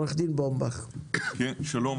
שלום.